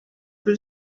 kuri